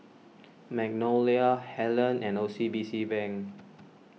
Magnolia Helen and O C B C Bank